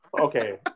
Okay